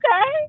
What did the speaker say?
okay